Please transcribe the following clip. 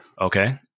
Okay